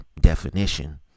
definition